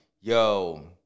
yo